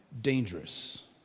dangerous